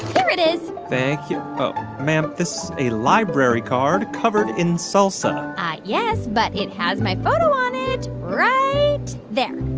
here it is thank you ma'am, this a library card covered in salsa yes, but it has my photo on it right there